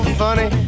funny